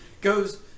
goes